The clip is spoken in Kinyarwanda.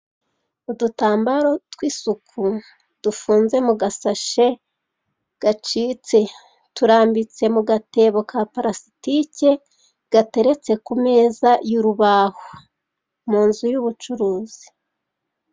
Udutambaro tw'isuku dufunze mu gasashe gacitse. Turambitse mu gatebo ka parasitike gateretse ku meza y'urubaho, mu nzu y'ubucuruzi.